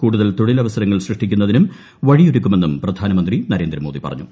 കൂടുത്ത്ൽ തൊഴിലവസരങ്ങൾ സൃഷ്ടിക്കുന്നതിനും വഴിയൊരുക്കുമെന്നും ് പ്രധാനമന്ത്രി നരേന്ദ്രമോദി പറഞ്ഞു